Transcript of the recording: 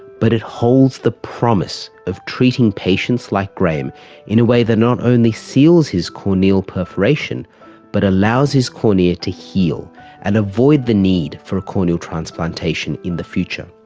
but it holds the promise of treating patients like graham in a way that not only seals his corneal perforation but allows his cornea to heal and avoid the need for a corneal transplantation in the future.